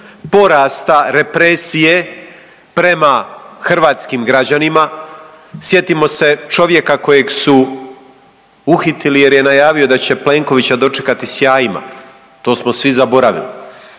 porasta represije prema hrvatskim građanima. Sjetimo se čovjeka kojeg su uhitili jer je najavio da će Plenkovića dočekati sa jajima. To smo svi zaboravili.